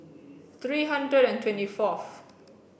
three hundred and twenty fourth